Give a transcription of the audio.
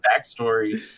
backstory